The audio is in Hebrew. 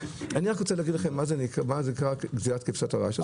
אני רוצה להגיד לכם מה זה נקרא גזלת כבשת הרש.